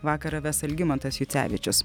vakarą ves algimantas jucevičius